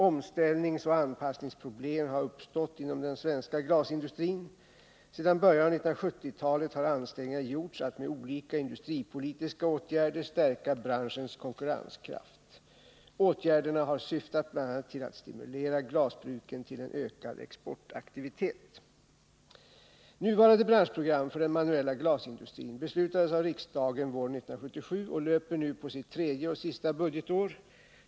Omställningsoch anpassningsproblem har uppstått inom den svenska glasindustrin. Sedan början av 1970-talet har ansträngningar gjorts Nr 41 att med olika industripolitiska åtgärder stärka branschens konkurrenskraft. Fredagen den Åtgärderna har syftat bl.a. till att stimulera glasbruken till en ökad 30 november 1979 exportaktivitet. Nuvarande branschprogram för den manuella glasindustrin beslutades av riksdagen våren 1977 och löper nu på sitt tredje och sista budgetår.